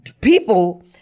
people